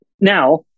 Now